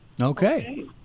Okay